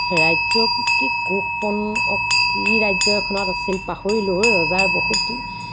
ৰাজ্য কি কু পন্ন কি ৰাজ্য এখনত আছিল পাহৰিলোঁ ৰজাৰ বহুত